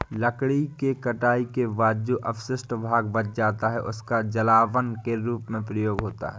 लकड़ी के कटाई के बाद जो अवशिष्ट भाग बच जाता है, उसका जलावन के रूप में प्रयोग होता है